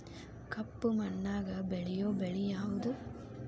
ಕಪ್ಪು ಮಣ್ಣಾಗ ಬೆಳೆಯೋ ಬೆಳಿ ಯಾವುದು?